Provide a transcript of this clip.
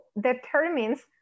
determines